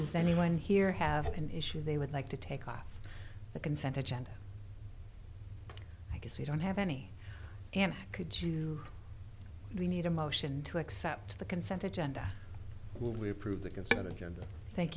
is anyone here have an issue they would like to take off the consent agenda i guess we don't have any and could you we need a motion to accept the consent agenda